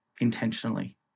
intentionally